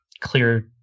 clear